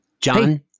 John